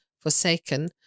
forsaken